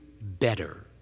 better